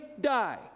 die